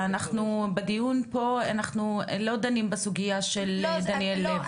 אנחנו בדיון פה לא דנים בסוגיה של דניאל לב,